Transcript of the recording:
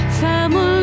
family